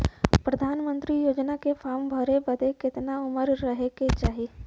प्रधानमंत्री योजना के फॉर्म भरे बदे कितना उमर रहे के चाही?